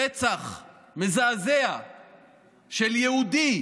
רצח מזעזע של יהודי